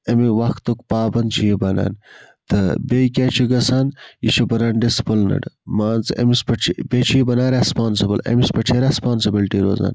امہ وَقتُک پابَنٛد چھُ یہِ بَنان تہٕ بیٚیہِ کیاہ چھُ گَژھان یہِ چھُ بَنان ڈِسپلنٕڈ مان ژٕ أمِس پیٚٹھ چھُ بیٚیہِ چھُ یہِ بَنان ریٚسپانسِبل امس پیٚٹھ چھِ ریٚسپانسِبلٹی روزان